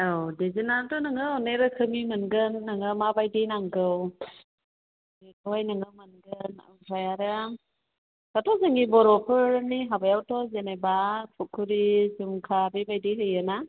औ दिजेनाथ' नोङो अनेक रोखोमनि मोनगोन नोङो माबादि नांगौ बिखौहाय नोङो मोनगोन ओमफ्राय आरो आं दाथ' जोंनि बर'फोरनि हाबायावथ' जेनेबा फुखुरि जुमका बेबादि होयोना